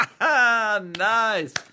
Nice